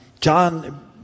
John